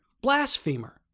blasphemer